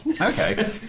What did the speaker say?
Okay